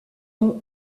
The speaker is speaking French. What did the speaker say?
nom